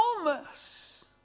enormous